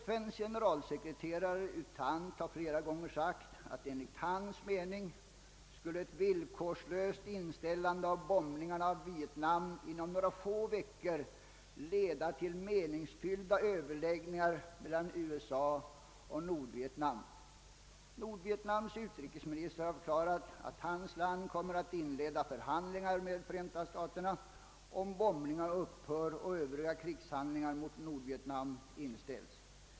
FN:s generalisekreterare U Thant har flera gånger sagt att ett villkorslöst inställande av bombningen av Vietnam enligt hans mening inom några få veckor skulle leda till meningsfyllda överläggningar mellan USA och Nordvietnam. Nordvietnams utrikesminister har förklarat att hans land kommer att inleda förhandlingar med Förenta staterna, om bombningarna upphör och övriga krigshandlingar mot Nordvietnam inställs.